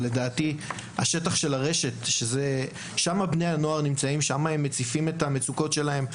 אבל בני הנוער נמצאים בשטח של הרשת ושם הם מציפים את המצוקות שלהם.